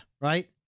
Right